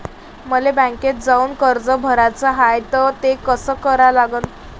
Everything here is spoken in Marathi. मले बँकेत जाऊन कर्ज भराच हाय त ते कस करा लागन?